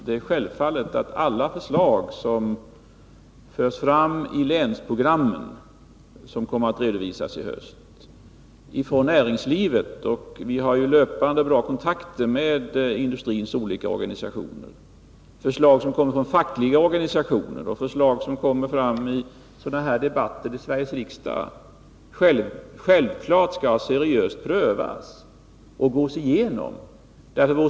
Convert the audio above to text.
Det är självklart att alla förslag som förs fram ilänsprogrammen, som kommer att redovisas i höst, förslag från näringslivet — vi har löpande bra kontakter med industrins olika organisationer — förslag som kommer från fackliga organisationer och förslag som kommer fram i sådana här debatter i Sveriges riksdag skall prövas seriöst och gås igenom.